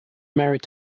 married